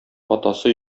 атасы